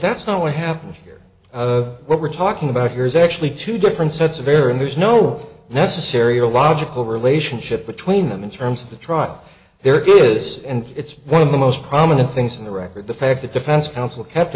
that's not what happened here what we're talking about here is actually two different sets of error and there's no necessary a logical relationship between them in terms of the trial their goods and it's one of the most prominent things in the record the fact that defense counsel kept